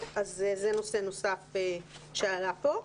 אז זה נושא נוסף שעלה פה.